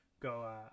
Go